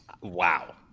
Wow